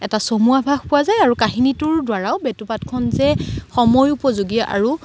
এটা চমু আভাস পোৱা যায় আৰু কাহিনীটোৰ দ্বাৰাও বেটুপাতখন যে সময় উপযোগী আৰু